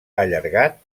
allargat